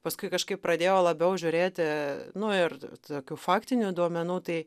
paskui kažkaip pradėjau labiau žiūrėti nu ir tokių faktinių duomenų tai